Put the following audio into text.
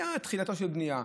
הייתה תחילתה של שנייה,